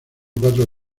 cuatro